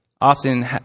often